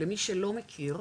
למי שלא מכיר,